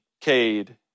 Cade